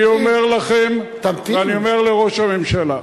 אני אומר לכם, ואני אומר לראש הממשלה: